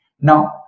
now